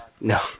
No